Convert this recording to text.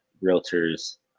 realtor's